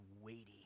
weighty